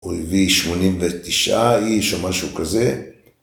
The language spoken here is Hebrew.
הוא הביא 89 איש או משהו כזה.